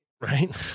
right